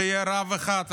ושיהיה רב אחד,